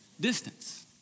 Distance